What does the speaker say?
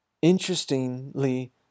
Interestingly